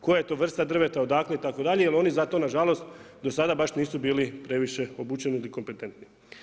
Koja je to vrsta drveta, odakle, itd. jer oni za to nažalost, do sada baš nisu bili previše obućeni ni kompetentni.